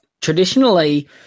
Traditionally